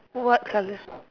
what colour